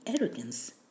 arrogance